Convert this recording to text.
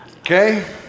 okay